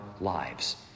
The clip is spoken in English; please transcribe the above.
lives